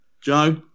Joe